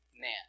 man